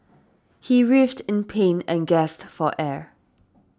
he writhed in pain and gasped for air